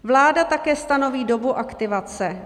Vláda také stanoví dobu aktivace.